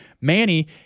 Manny